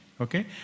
Okay